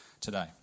today